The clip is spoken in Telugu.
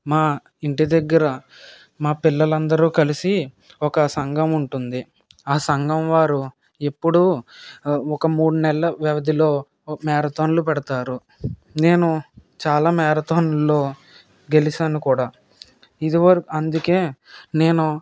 మా ఇంటిదగ్గర మా పిల్లలందరూ కలిసి ఒక సంఘం ఉంటుంది ఆ సంగం వారు ఎప్పుడూ ఒక మూడు నెల్ల వ్యవధిలో మ్యారథాన్లు పెడతారు నేను చాలా మ్యారథాన్లో గెలిచాను కూడా ఇదివరకూ అందుకే నేను